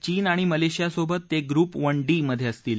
चीन आणि मलेशियासोबत ते ग्रुप वन डी मध्ये असतील